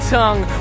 tongue